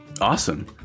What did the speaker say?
Awesome